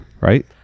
Right